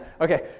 Okay